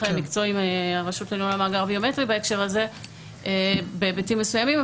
מקצועי מהרשות לניהול המאגר הביומטרי בהקשר הזה בהיבטים מסוימים,